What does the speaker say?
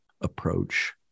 approach